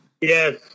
Yes